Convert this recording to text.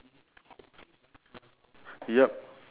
uh I'm trying to figure out